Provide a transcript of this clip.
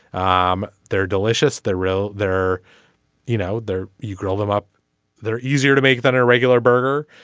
um they're delicious. they're real they're you know they're you grow them up they're easier to make than a regular burger.